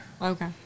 Okay